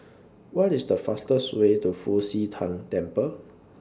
What IS The fastest Way to Fu Xi Tang Temple